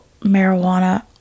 marijuana